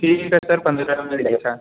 ठीक है सर पंद्रह